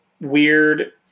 weird